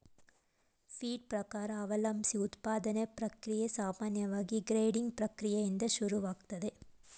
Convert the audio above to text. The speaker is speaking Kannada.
ಫೀಡ್ ಪ್ರಕಾರ ಅವಲಂಬ್ಸಿ ಉತ್ಪಾದನಾ ಪ್ರಕ್ರಿಯೆ ಸಾಮಾನ್ಯವಾಗಿ ಗ್ರೈಂಡಿಂಗ್ ಪ್ರಕ್ರಿಯೆಯಿಂದ ಶುರುವಾಗ್ತದೆ